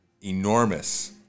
enormous